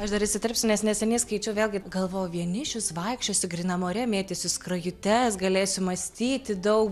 aš dar įsiterpsiu nes neseniai skaičiau vėlgi galvojau vienišius vaikščiosiu grynam ore mėtysiu skrajutes galėsiu mąstyti daug